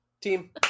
team